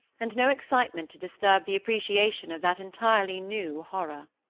and no excitement to disturb the appreciation of that entirely new horror.